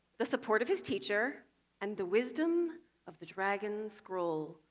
the support of his teacher and the wisdom of the dragon scroll.